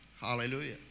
Hallelujah